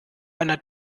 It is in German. einer